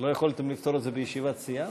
לא יכולתם לפתור את זה בישיבת סיעה?